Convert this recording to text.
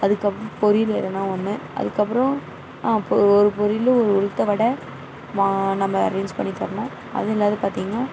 அதுக்கப்புறம் பொரியல் எதன்னா ஒன்று அதுக்கப்புறம் ஒரு பொரியல் ஒரு உளுத்தை வடை வா நம்ம அரேஞ்ச் பண்ணி தர்ணும் அது இல்லாது பார்த்தீங்கன்னா